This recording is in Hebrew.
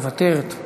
מוותרת,